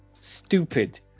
stupid